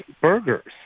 burgers